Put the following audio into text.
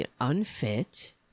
unfit